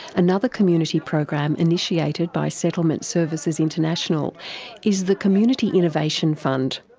another community program initiated by settlement services international is the community innovation fund.